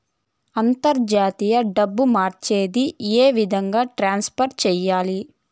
అంతర్జాతీయ డబ్బు మార్చేది? ఏ విధంగా ట్రాన్స్ఫర్ సేయాలి?